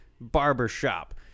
Barbershop